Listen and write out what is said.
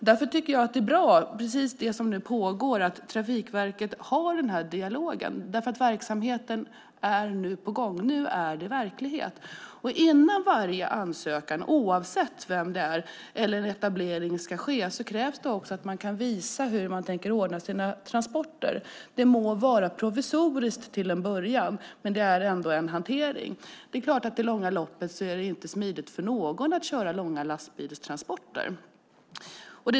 Därför tycker jag att det som nu pågår är bra, alltså att Trafikverket har den här dialogen. Verksamheten är nu på gång. Nu är det verklighet. Innan ansökan eller etablering ska ske, oavsett vem det gäller, krävs det också att man kan visa hur man tänker ordna sina transporter. Det må vara provisoriskt till en början, men det är ändå en hantering. I det långa loppet är det inte smidigt för någon att köra långa lastbilstransporter.